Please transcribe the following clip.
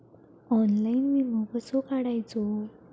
Online विमो कसो काढायचो?